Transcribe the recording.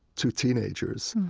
two teenagers,